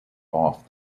off